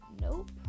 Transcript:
nope